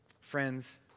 Friends